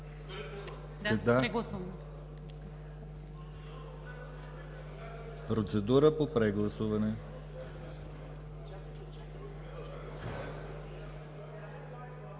Процедура по прегласуване